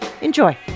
Enjoy